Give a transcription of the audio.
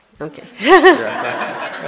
Okay